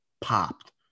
popped